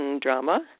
drama